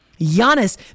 Giannis